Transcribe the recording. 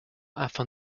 afin